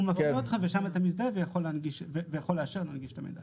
הוא מפנה אותך ושם אתה מזדהה ויכול לאשר לו להנגיש את המידע.